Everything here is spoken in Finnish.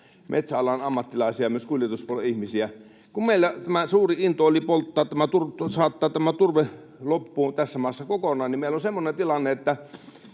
metsäalan ammattilaisia, myös kuljetuspuolen ihmisiä. Kun meillä tämä suuri into oli polttaa, saattaa turve loppuun tässä maassa kokonaan, niin meillä on semmoinen tilanne, että